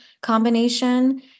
combination